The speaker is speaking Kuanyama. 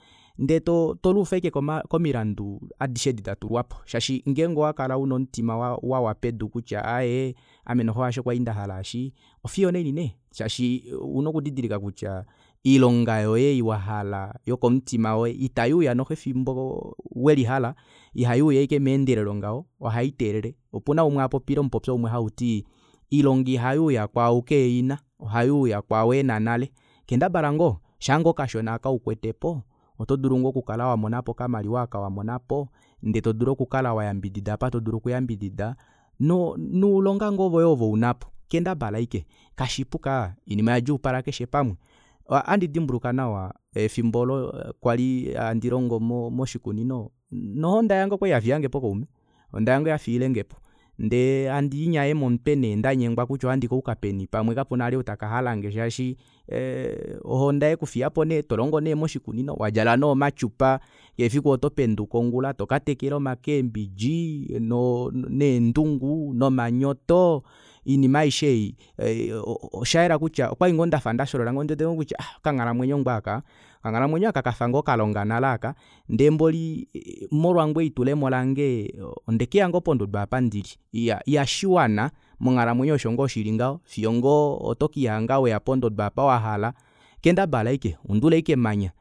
Ndee toluufa ashike komilandu adishe odo datulwapo shaashi ngenge owakala una omutima wawa pedu kutya aaye ame noxo asho kwali ndahala eshi ofiyo onaini nee shaashi ouna okudidilika kutya oilonga yoye ei wahala yokomutima woye ita yuuya noxo efimbo welihala iha yuuya ashike meendelelo ngaho ohaiteelele opena umwe apopile omupopyo umwe hauti oilonga ihayuuya kwaao keheyina ohayuuya kwao ena nale kendabala ngoo shaango okashona aka ukwetepo oto dulu ngoo okukala wamonapo okamaliwa aka wamonapo ndee todulu okukala wayambidida apa todulu okuyambidida no nuulonga ngoo voye ovo unapo kendabala ashike oinima oyadjuupala keshe pamwe ohandi dimbuluka nawa efimbo olo kwali handi longo moshikunino nohonda yange okwali yafiyangepo kaume ohonda yange oyafiilengepo ndee handinyaye momutwe nee ndanyengwa kutya ohandi kayuka peni pamwe kapena vali ou taka halange shaashi ohonda yekufiyapo nee tolongo nee moshikunino wadjala nee omatyupa keshe efiku otopenduka ongula toka tekela omakeebiji, eendungu nomanyoto oinima aishe ei okwali ngoo ndafa ndasholola ndiwete ngoo kutya ahh okanghalamwenyo ngoo aka okanghalamwenyo aaka kafa ngoo kalonga nale aaka ndeemboli molwa ngoo elitulemo lange ondekeya ngoo pondodo apa ndili iya ihashiwana monghalamwenyo osho ngoo shili ngaho fiyo ngoo otokihanga weya pondodo apa wahala kendabala ashike undula ashike emanya